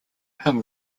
hymn